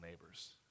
neighbors